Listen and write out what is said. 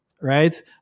right